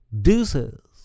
deuces